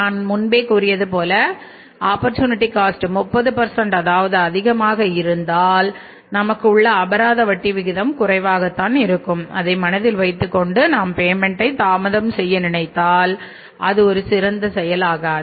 நான் முன்பே கூறியது போல ஆப்பர்சூனிட்டி காஸ்ட் தாமதம் செய்ய நினைத்தால் அது ஒரு சிறந்த செயல் ஆகாது